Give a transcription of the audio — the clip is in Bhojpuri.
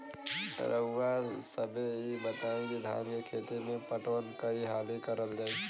रउवा सभे इ बताईं की धान के खेती में पटवान कई हाली करल जाई?